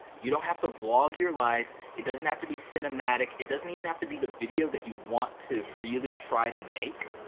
you don't have to vlog your life, it doesn't have to be cinematic, it doesn't even have to be the video that you want to really try to make.